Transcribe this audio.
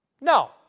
No